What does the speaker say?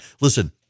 listen